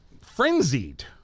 frenzied